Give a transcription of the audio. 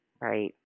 right